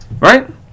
Right